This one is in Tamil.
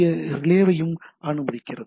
ஏ ரிலேவையும் அனுமதிக்கிறது